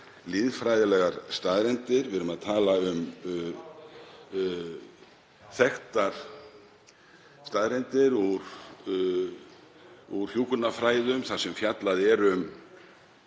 lýðfræðilegar staðreyndir. Við erum að tala um þekktar staðreyndir úr hjúkrunarfræðum þar sem fjallað er um